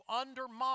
undermine